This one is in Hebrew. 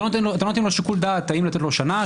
אתם לא נותנים לו שיקול דעת האם לתת לו שנה,